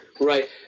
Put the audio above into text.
Right